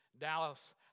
Dallas